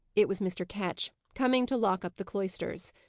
it was mr. ketch, coming to lock up the cloisters.